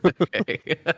Okay